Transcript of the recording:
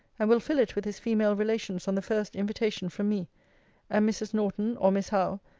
and will fill it with his female relations on the first invitation from me and mrs. norton, or miss howe,